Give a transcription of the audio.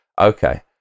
okay